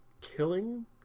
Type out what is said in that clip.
killing